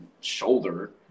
shoulder